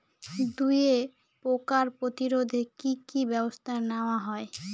দুয়ে পোকার প্রতিরোধে কি কি ব্যাবস্থা নেওয়া হয়?